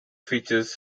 features